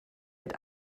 mit